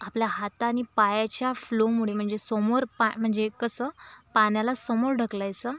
आपल्या हात आणि पायाच्या फ्लोमुळे म्हणजे समोर पाय म्हणजे कसं पाण्याला समोर ढकलायचं